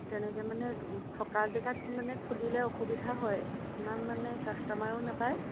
তেনেকে মানে থকা জেগাত মানে খুলিলে অসুবিধা হয় ইমান মানে কাষ্টমাৰো নাপায়